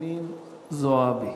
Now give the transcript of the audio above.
חנין זועבי.